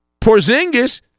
Porzingis